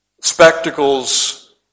spectacles